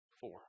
four